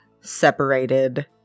separated